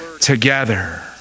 together